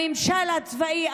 לממשל הצבאי,